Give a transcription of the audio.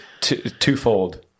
twofold